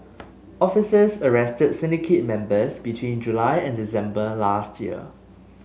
officers arrested syndicate members between July and December last year